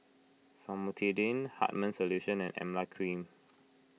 Famotidine Hartman's Solution and Emla Cream